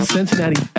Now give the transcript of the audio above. Cincinnati